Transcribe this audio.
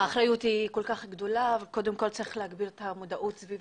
האחריות כל כך גדולה וקודם צריך להגביר את המודעות סביב